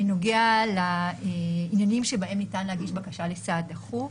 נוגע לעניינים שבהם ניתן להגיש בקשה לסעד דחוף.